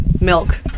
milk